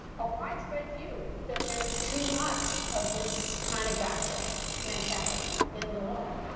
a widespread view that there is too much of this kind of gotcha mentality in the law.